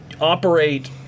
operate